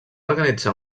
organitzar